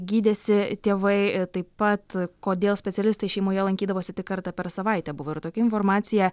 gydėsi tėvai taip pat kodėl specialistai šeimoje lankydavosi tik kartą per savaitę buvo ir tokia informacija